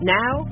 now